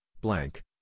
blank